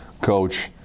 coach